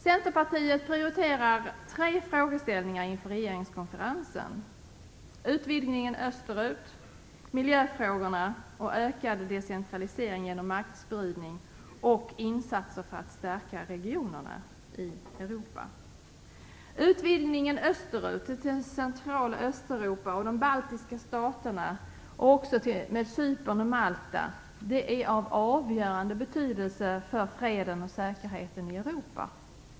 Centerpartiet prioriterar tre frågeställningar inför regeringskonferensen: utvidgningen österut, miljöfrågorna och ökad decentralisering genom maktspridning och insatser för att stärka regionerna i Europa. Utvidgningen österut till Central och Östeuropa och till de baltiska staterna och också till Cypern och Malta är av avgörande betydelse för freden och säkerheten i Europa.